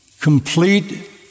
complete